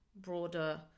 broader